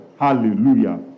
Hallelujah